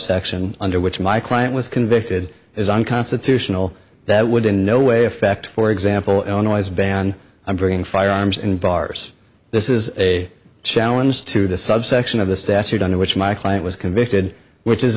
subsection under which my client was convicted is unconstitutional that would in no way affect for example illinois ban i'm going firearms and bars this is a challenge to the subsection of the statute under which my client was convicted which is